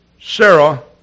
Sarah